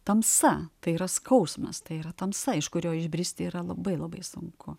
tamsa tai yra skausmas tai yra tamsa iš kurio išbristi yra labai labai sunku